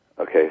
Okay